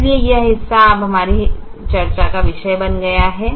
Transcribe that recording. इसलिए यह हिस्सा अब हमारी चर्चा का विषय बन गया है